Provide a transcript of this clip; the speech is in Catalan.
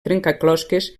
trencaclosques